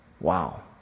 Wow